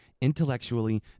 intellectually